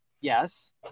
Yes